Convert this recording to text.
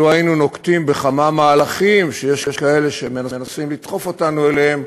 היינו נוקטים כמה מהלכים שיש כאלה שמנסים לדחוף אותנו אליהם,